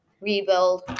rebuild